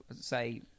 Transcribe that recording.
say